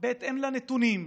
בהתאם לנתונים,